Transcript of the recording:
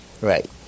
Right